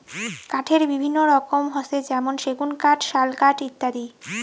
কাঠের বিভিন্ন রকম হসে যেমন সেগুন কাঠ, শাল কাঠ ইত্যাদি